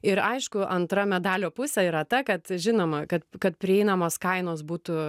ir aišku antra medalio pusė yra ta kad žinoma kad kad prieinamos kainos būtų